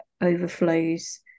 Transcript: overflows